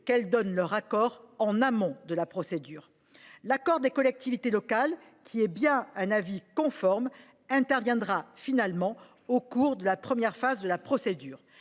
des collectivités en amont de la procédure. L’accord des collectivités locales – il s’agit bien d’un avis conforme – interviendra finalement au cours de la première phase de la procédure,